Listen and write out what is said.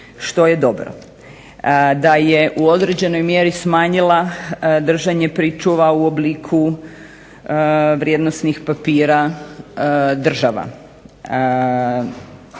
Što je dobro. Da je u određenoj mjeri smanjila držanje pričuva u obliku vrijednosnih papira država,